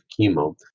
chemo